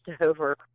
over